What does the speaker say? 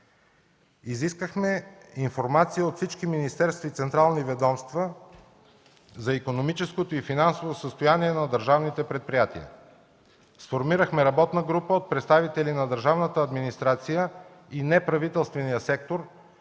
Изискахме информация от всички министерства и централни ведомства за икономическото и финансово състояние на държавните предприятия, сформирахме работна група от представители на държавната администрация и неправителствения сектор